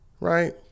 Right